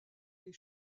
les